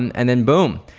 and and then boom.